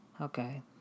okay